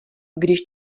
když